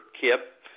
Kip